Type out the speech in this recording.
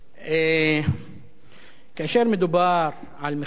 כאשר מדובר על מחאה חברתית,